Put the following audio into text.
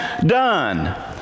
done